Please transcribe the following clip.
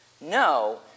No